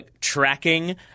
tracking